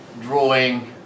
drawing